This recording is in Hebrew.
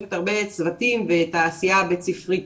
פוגשת הרבה צוותים ואת העשייה הבית-ספרית.